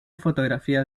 fotografía